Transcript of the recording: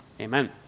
Amen